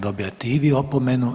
Dobijate i vi opomenu.